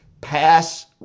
Pass